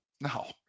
No